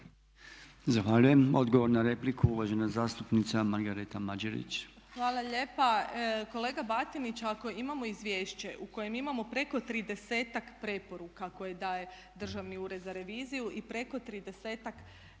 Zahvaljujem. Odgovor na repliku uvažena zastupnica Margareta Mađerić. **Mađerić, Margareta (HDZ)** Hvala lijepa. Kolega Batinić ako imamo izvješće u kojem imamo preko 30-ak preporuka koje daje Državni ured za reviziju i preko 30-ak znači